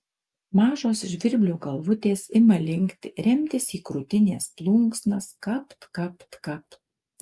mažos žvirblių galvutės ima linkti remtis į krūtinės plunksnas kapt kapt kapt